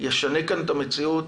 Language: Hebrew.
ישנה כאן את המציאות